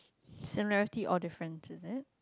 similarity or different